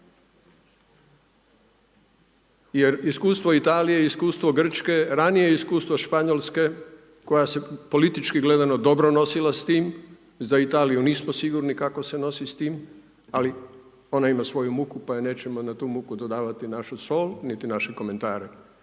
Jer iskustvo Italije, iskustvo Grčko, ranije iskustvo Španjolske koja se politički gledano dobro nosila sa tim, za Italiju nismo sigurni kako se nosi s tim ali o na ima svoju muku pa joj nećemo na tu muku dodavati našu sol niti naše komentare.